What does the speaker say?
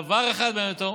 דבר אחד מעניין אותו,